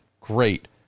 great